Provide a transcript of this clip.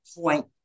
point